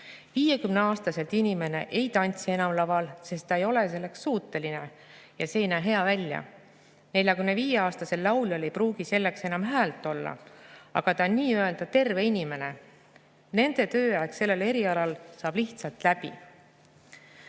50‑aastaselt inimene ei tantsi enam laval, sest ta ei ole selleks suuteline ja see ei näe hea välja. 45‑aastasel lauljal ei pruugi selleks enam häält olla, aga ta on nii‑öelda terve inimene. Nende tööaeg sellel erialal saab lihtsalt läbi.